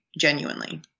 genuinely